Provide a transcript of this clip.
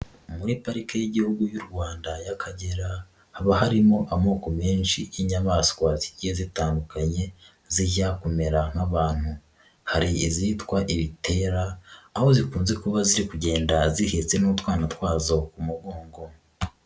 Muri parike y'Igihugu y'u Rwanda y'Akagera haba harimo amoko menshi y'inyamaswa zigiye zitandukanye zijya kumera nk'abantu, hari izitwa ibitera aho zikunze kuba ziri kugenda zihetse n'utwana twazo mu mugongo.